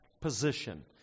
position